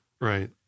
Right